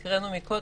המשחק.